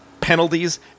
penalties